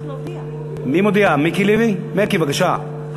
חבר הכנסת מיקי לוי, בבקשה.